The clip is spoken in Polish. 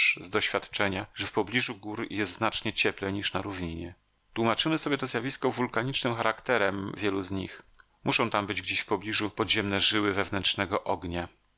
z doświadczenia że w pobliżu gór jest znacznie cieplej niż na równinie tłumaczymy sobie to zjawisko wulkanicznym charakterem wielu z nich muszą tam być gdzieś w pobliżu podziemne żyły wewnętrznego ognia